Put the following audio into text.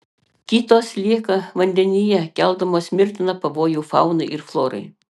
kitos lieka vandenyje keldamos mirtiną pavojų faunai ir florai